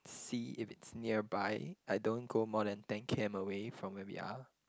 see if it's nearby I don't go more than ten k_m away from where we are